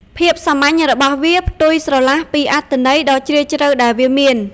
ភាពសាមញ្ញរបស់វាផ្ទុយស្រឡះពីអត្ថន័យដ៏ជ្រាលជ្រៅដែលវាមាន។